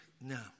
No